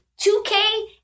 2K